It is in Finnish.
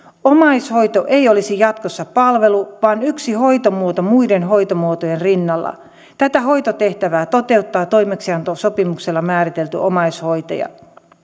omaishoito ei olisi jatkossa palvelu vaan yksi hoitomuoto muiden hoitomuotojen rinnalla tätä hoitotehtävää toteuttaa toimeksiantosopimuksella määritelty omaishoitaja